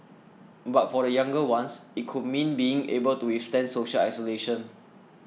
but for the younger ones it could mean being able to withstand social isolation